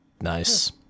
Nice